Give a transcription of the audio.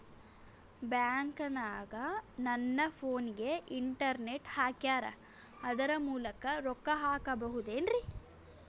ಬ್ಯಾಂಕನಗ ನನ್ನ ಫೋನಗೆ ಇಂಟರ್ನೆಟ್ ಹಾಕ್ಯಾರ ಅದರ ಮೂಲಕ ರೊಕ್ಕ ಹಾಕಬಹುದೇನ್ರಿ?